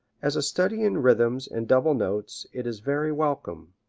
as a study in rhythms and double notes it is very welcome.